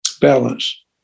balance